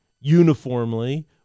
uniformly